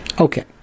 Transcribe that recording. Okay